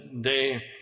day